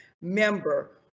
member